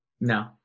No